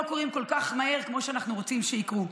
קורים כל כך מהר כמו שאנחנו רוצים שיקרו.